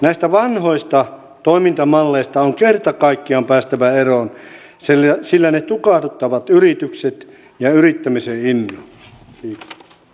näistä vanhoista toimintamalleista on kerta kaikkiaan päästävä eroon sillä ne tukahduttavat yritykset ja yrittämisen innon